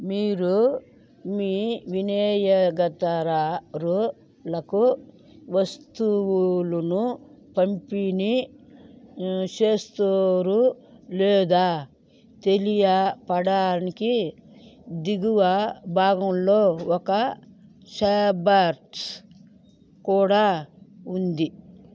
మీరు మీ వినియోగతరరులకు వస్తువూలును పంపిణీ చేస్తూరు లేదా తెలియపడానికి దిగువ భాగంలో ఒక సాబర్ట్స్ కూడా ఉంది